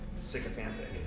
sycophantic